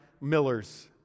Millers